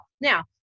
Now